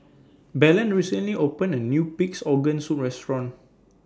Belen recently opened A New Pig'S Organ Soup Restaurant